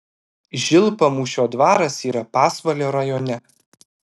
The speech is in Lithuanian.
žilpamūšio dvaras yra pasvalio rajone